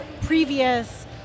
previous